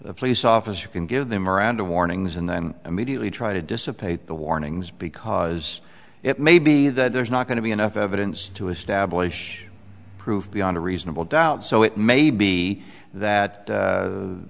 the police officer can give them miranda warnings and then immediately try to dissipate the warnings because it may be that there's not going to be enough evidence to establish proof beyond a reasonable doubt so it may be that